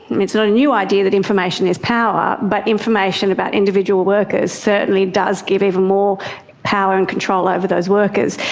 it's not a new idea that information is power, but information about individual workers certainly does give even more power and control over those workers.